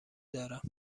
دارم